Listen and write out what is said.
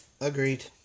Agreed